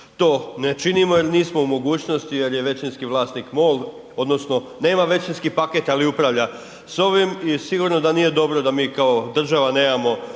to ne činimo jer nismo u mogućnosti jer je većinski vlasnik MOL, odnosno nema većinski paket ali upravlja s ovim. I sigurno da nije dobro da mi kao država nemamo